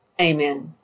Amen